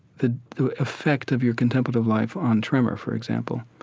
the the effect of your contemplative life on tremor, for example.